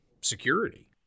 security